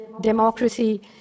Democracy